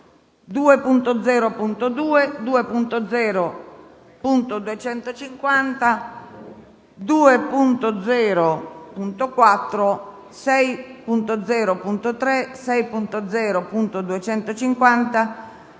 2.0.2, 2.0.250, 2.0.4, 6.0.3, 6.0.250,